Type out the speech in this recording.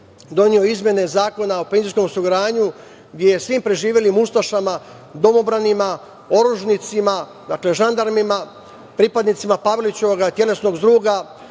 doneo izmene Zakona o penzijskom osiguranju, gde je svim preživelim ustašama, domobranima, oružnicima, žandarmima, pripadnicima Pavelićevog telesnog zdruga,